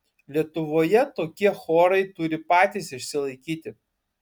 lietuvoje tokie chorai turi patys išsilaikyti